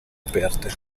aperte